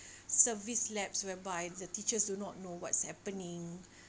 service lapse whereby the teachers do not know what's happening